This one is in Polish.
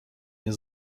nie